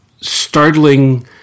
startling